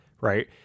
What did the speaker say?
right